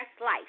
life